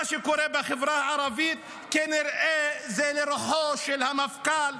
מה שקורה בחברה הערבית כנראה זה לרוחו של המפכ"ל,